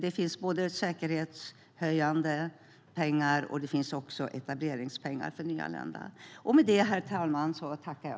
Det finns både säkerhetshöjande pengar och etableringspengar för nyanlända.